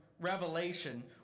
Revelation